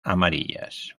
amarillas